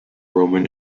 roman